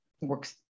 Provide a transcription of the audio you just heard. works